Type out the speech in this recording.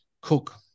Cook